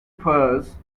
purse